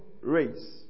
race